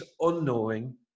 unknowing